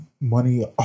money